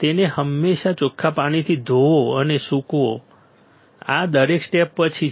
તેને હંમેશા ચોખ્ખા પાણીથી ધોવો અને સૂકવો આ દરેક સ્ટેપ પછી છે